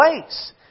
place